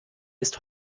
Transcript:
ist